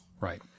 Right